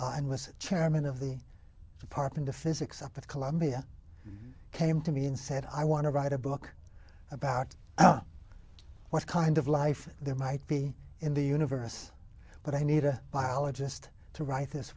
was chairman of the department of physics up at columbia came to me and said i want to write a book about what kind of life there might be in the universe but i need a biologist to write this